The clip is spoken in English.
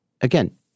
Again